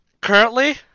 currently